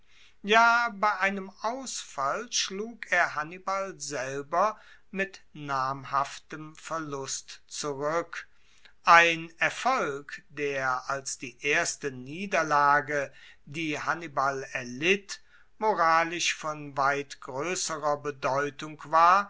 ja bei einem ausfall schlug er hannibal selber mit namhaftem verlust zurueck ein erfolg der als die erste niederlage die hannibal erlitt moralisch von weit groesserer bedeutung war